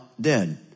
dead